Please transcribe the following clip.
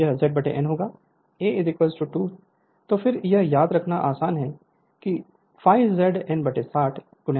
तो यह Z N होगा A 2 तो यह फिर से याद रखना आसान है यह ∅ Z N 60 P A है